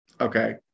Okay